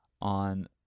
on